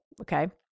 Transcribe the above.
Okay